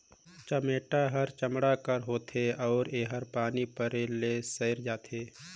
चमेटा हर चमड़ा कर होथे अउ एहर पानी परे ले सइर जाथे